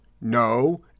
No